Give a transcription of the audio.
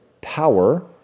power